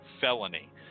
felony